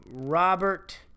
Robert